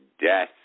death